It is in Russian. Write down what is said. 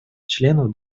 членов